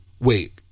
wait